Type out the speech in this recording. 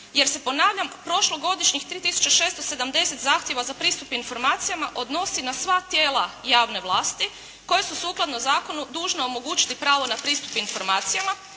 jer se ponavljam prošlogodišnjih 3 tisuće 670 zahtjeva za pristup informacijama odnosi na sva tijela javne vlasti koje su sukladno zakonu dužne omogućiti pravo na pristup informacijama,